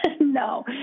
no